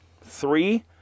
three